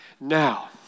Now